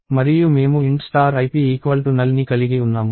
మరియు మేము int ip NULL ని కలిగి ఉన్నాము